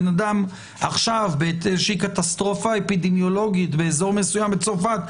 איזושהי קטסטרופה אפידמיולוגית באזור מסוים בצרפת,